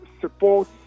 support